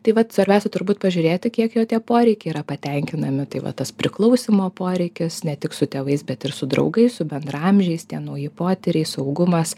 tai vat svarbiausia turbūt pažiūrėti kiek jo tie poreikiai yra patenkinami tai va tas priklausymo poreikis ne tik su tėvais bet ir su draugais su bendraamžiais tie nauji potyriai saugumas